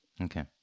Okay